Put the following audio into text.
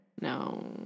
no